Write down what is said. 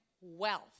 wealth